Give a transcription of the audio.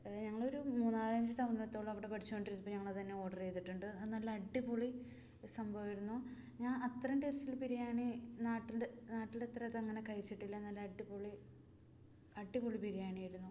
ഞങ്ങളൊരു മൂന്നാലഞ്ചു തവണത്തോളം അവിടെ പഠിച്ചുകൊണ്ടിരുന്നപ്പോൾ ഞങ്ങൾ അത് തന്നെ ഓർഡർ ചെയ്തിട്ടുണ്ട് നല്ല അടിപൊളി സംഭവമായിരുന്നു ഞാൻ അത്രയും ടേസ്റ്റിൽ ബിരിയാണി നാട്ടിൽ ഇത്ര ഇതങ്ങനെ കഴിച്ചിട്ടില്ല നല്ല അടിപൊളി അടിപൊളി ബിരിയാണിയായിരുന്നു